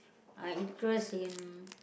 I interest in